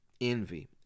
envy